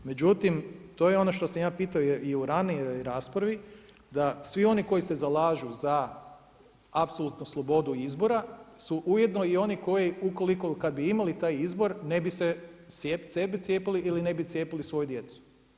Međutim, to je ono što sam ja pitao i u ranijoj raspravi da svi oni koji se zalažu za apsolutnu slobodu izbora su ujedno i oni koji ukoliko kada bi imali taj izbor ne bi se cijepili ili ne bi cijepili svoju djecu.